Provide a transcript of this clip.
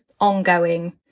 ongoing